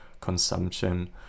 consumption